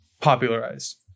popularized